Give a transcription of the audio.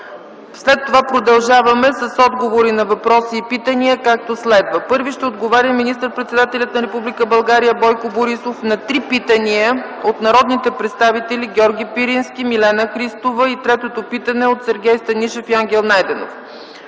След това продължаваме с отговори на въпроси и питания, както следва: 1. Министър-председателят на Република България Бойко Борисов ще отговори на три питания от народните представители Георги Пирински, Милена Христова, Сергей Станишев и Ангел Найденов.